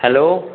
hello